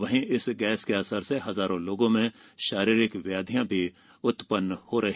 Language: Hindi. वहीं इस गैस के असर से हजारों लोगों में शारीरिक व्याधियां भी उत्पन्न होती रहीं